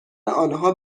آنها